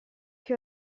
che